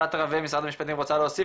יפעת רווה משרד המשפטים רוצה להוסיף